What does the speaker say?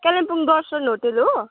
Kalimpong Darshan hotel हो